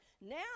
Now